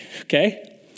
okay